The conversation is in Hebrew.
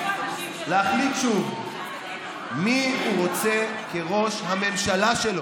הציבור יידרש להחליט שוב את מי הוא רוצה כראש הממשלה שלו: